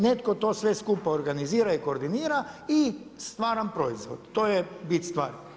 Netko to sve skupa organizira i koordinira i stvaram proizvod, to je bit stvari.